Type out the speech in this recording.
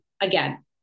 again